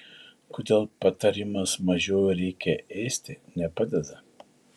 kodėl patarimas mažiau reikia ėsti nepadeda